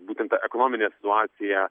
būtent ta ekonominė situacija